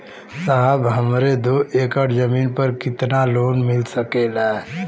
साहब हमरे दो एकड़ जमीन पर कितनालोन मिल सकेला?